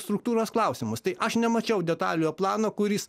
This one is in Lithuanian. struktūros klausimus tai aš nemačiau detaliojo plano kuris